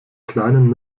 kleinen